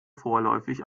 vorläufig